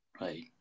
Right